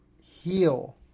heal